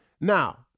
Now